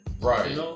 Right